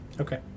Okay